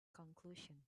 conclusion